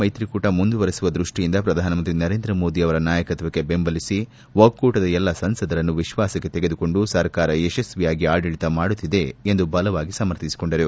ಮೈತ್ರಿಕೂಟ ಮುಂದುವರೆಸುವ ದೃಷ್ಟಿಯಿಂದ ಪ್ರಧಾನಮಂತ್ರಿ ನರೇಂದ್ರ ಮೋದಿ ಅವರ ನಾಯಕತ್ವಕ್ಷೆ ಬೆಂಬಲಿಸಿ ಒಕ್ಕೂಟದ ಎಲ್ಲ ಸಂಸದರನ್ನು ವಿಶ್ವಾಸಕ್ಕೆ ತೆಗೆದುಕೊಂಡು ಸರ್ಕಾರ ಯಶಸ್ನಿಯಾಗಿ ಆಡಳಿತ ಮಾಡುತ್ನಿದೆ ಎಂದು ಬಲವಾಗಿ ಸಮರ್ಥಿಸಿಕೊಂಡರು